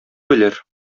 белер